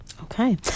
okay